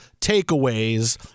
takeaways